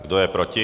Kdo je proti?